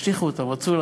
השליכו אותם, רצו,